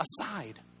aside